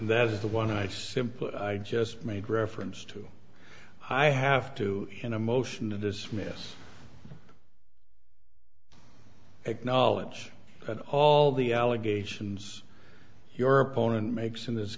that is the one i simply i just made reference to i have to in a motion to dismiss acknowledge that all the allegations your opponent makes in this